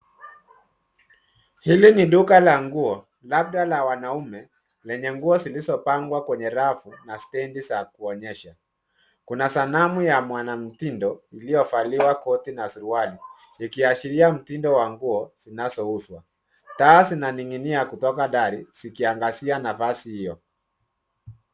Hili ni duka la nguo, labda la wanaume lenye nguo zilizopangwa kwenye rafu na stendi za kuonyesha . Kuna sanamu ya mwanamtindo iliyovaliwa koti na suruali, ikiashiria mtindo za nguo zinazouzwa. Taa zinaning'inia kutoka dari zikiangazia nafasi hiyo.